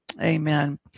Amen